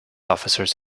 officers